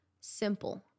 simple